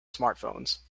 smartphones